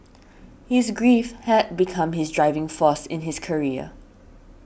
his grief had become his driving force in his career